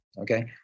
Okay